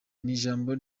n’ijambo